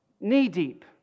knee-deep